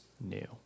new